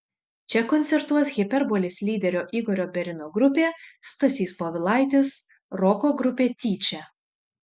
čia koncertuos hiperbolės lyderio igorio berino grupė stasys povilaitis roko grupė tyčia